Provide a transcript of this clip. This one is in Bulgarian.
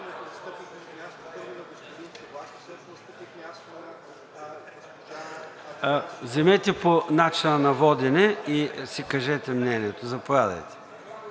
Вземете по начина на водене и си кажете мнението, за да не